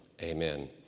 Amen